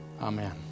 Amen